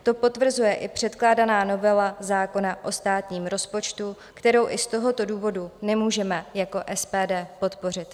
To potvrzuje i předkládaná novela zákona o státním rozpočtu, kterou i z tohoto důvodu nemůžeme jako SPD podpořit.